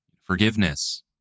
forgiveness